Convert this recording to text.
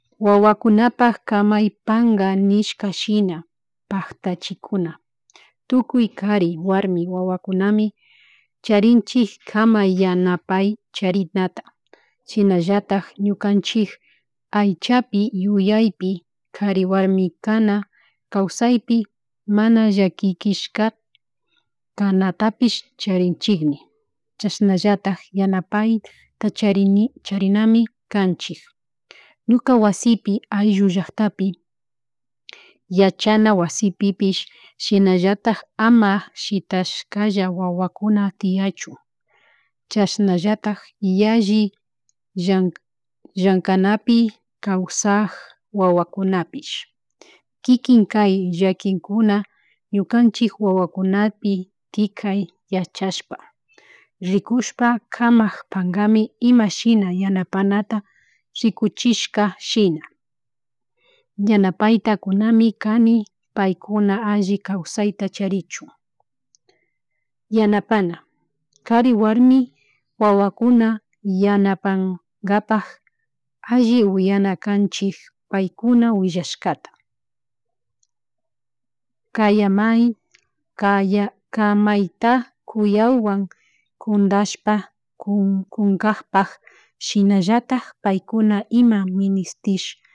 Wawakunapak kamay panka nishka shina paktachikuna tukuy kari warmi wawakunami charinchik kamay yanapay charitata shunallatak ñukanchik kaychapi yayaypi kari warmi kana kawsaypi mana llakikishka kana tapich charinchikni chashnallatak yanapayta charini charinami kachik ñuka wasipi ayllu llaktapi yachana wasipípish shinallatak ama shitashkalla wawakuna tiyachu chashllatak yalli llank llankanapi kawsak wawakunapish kikin kay llakinkuna ñukanchik wawukunapi tikay yachashpa rikushpa kamak pankami imashina yanapanata rikuchishka shina yana payta kunami kani paykuna alli kawsayta charichu yanapana. Kari, warmi, wawakuna yanapankapak alli wiyana kanchik paykuna willashkata. Kaya may kayaka mayta kuyawan kuntashpa kun kunkapak shinallatak paykuna ima ministish